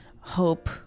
hope